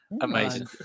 amazing